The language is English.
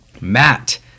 Matt